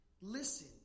listen